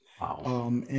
Wow